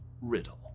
Riddle